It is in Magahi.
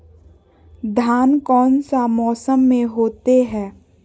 धान कौन सा मौसम में होते है?